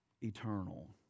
eternal